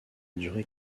durer